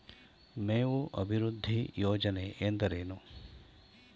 ಮೇವು ಅಭಿವೃದ್ಧಿ ಯೋಜನೆ ಎಂದರೇನು?